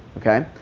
okay,